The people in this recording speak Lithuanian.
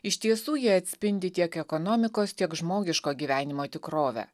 iš tiesų jie atspindi tiek ekonomikos tiek žmogiško gyvenimo tikrovę